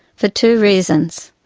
for two reasons.